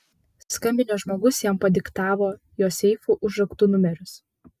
skambinęs žmogus jam padiktavo jo seifų užraktų numerius